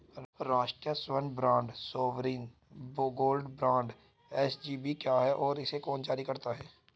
राष्ट्रिक स्वर्ण bond sovereign gold bond SGB क्या है और इसे कौन जारी करता है?